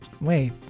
wait